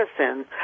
medicine